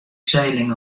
sailing